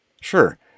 Sure